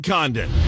Condon